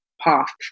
path